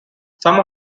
some